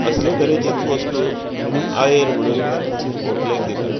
असले तरेचेत वस्तू आयेर म्हणून व्हंकलेक दितात